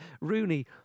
Rooney